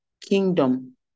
kingdom